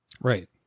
Right